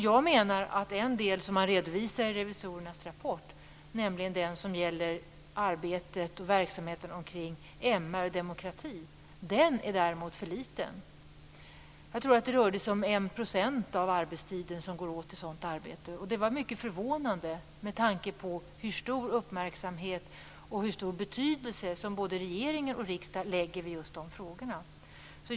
Jag menar att en del som redovisas i revisorernas rapport, nämligen den som gäller arbetet med och verksamheten omkring MR och demokrati, däremot är för liten. Jag tror att det rörde sig om 1 % av arbetstiden som går åt till sådant arbete. Det var mycket förvånande med tanke på hur stor uppmärksamhet och betydelse som både regering och riksdag fäster vid just de frågorna.